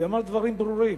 ואמר דברים ברורים,